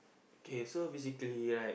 okay so basically right